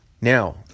now